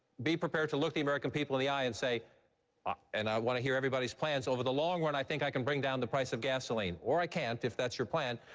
be prepared to look the american people in the eye and say ah and i want to hear everybody's plans, over the long run i think i can bring down the price of gasoline, or i can't if that's your plan.